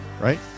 Right